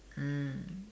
mm